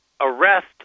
arrest